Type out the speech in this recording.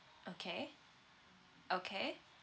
okay okay